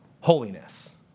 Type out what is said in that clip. holiness